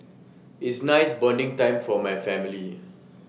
is nice bonding time for my family